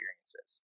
experiences